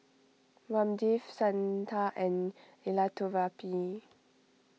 Ramdev Santha and Elattuvalapil